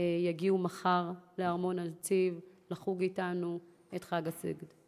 יגיעו מחר לארמון-הנציב לחוג אתנו את חג הסיגד.